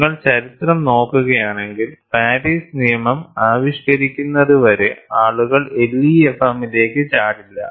നിങ്ങൾ ചരിത്രം നോക്കുകയാണെങ്കിൽ പാരീസ് നിയമം ആവിഷ്കരിക്കുന്നതുവരെ ആളുകൾ LEFM ലേക്ക് ചാടില്ല